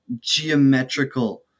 geometrical